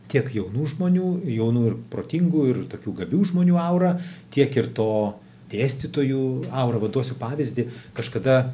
tiek jaunų žmonių jaunų ir protingų ir tokių gabių žmonių aura tiek ir to dėstytojų aurava duosiu pavyzdį kažkada